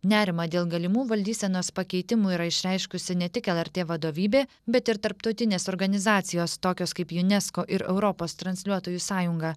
nerimą dėl galimų valdysenos pakeitimų yra išreiškusi ne tik lrt vadovybė bet ir tarptautinės organizacijos tokios kaip junesko ir europos transliuotojų sąjunga